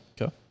Okay